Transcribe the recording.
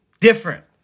different